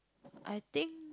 I think